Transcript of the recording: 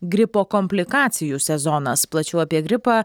gripo komplikacijų sezonas plačiau apie gripą